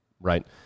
right